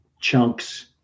chunks